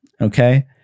Okay